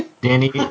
Danny